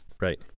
Right